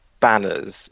banners